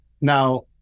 now